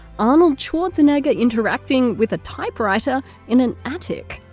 arnold schwarzenegger interacting with a typewriter in an attic.